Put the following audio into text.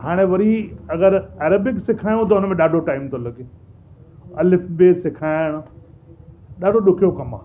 हाणे वरी अगरि अरेबिक सेखारियूं त हुनमें ॾाढो टाइम थो लॻे अलिफ़ ॿे सेखारणु ॾाढो ॾुख्यो कमु आहे